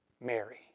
Mary